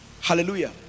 Hallelujah